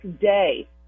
day